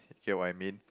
get what I mean